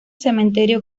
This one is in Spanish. cementerio